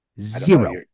Zero